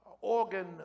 organ